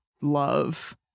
love